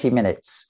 minutes